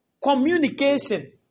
Communication